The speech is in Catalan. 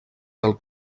del